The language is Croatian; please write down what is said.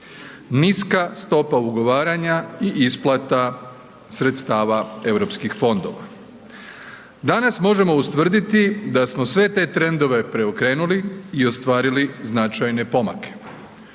niska stopa ugovaranja i isplata sredstava Europskih fondova. Danas možemo ustvrditi da smo sve te trendove preokrenuli i ostvarili značajne pomake.